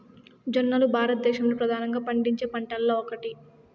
జొన్నలు భారతదేశంలో ప్రధానంగా పండించే పంటలలో ఒకటి